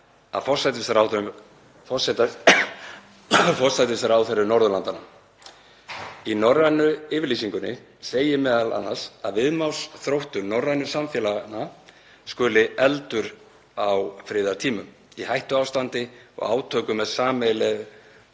af forsætisráðherrum Norðurlandanna. Í norrænu yfirlýsingunni segir meðal annars að viðnámsþróttur norrænu samfélaganna skuli efldur á friðartímum, í hættuástandi og átökum með „sameiginlegu